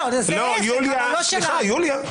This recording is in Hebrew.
לא, ברור שזה לא יקרה --- סליחה, יוליה.